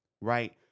right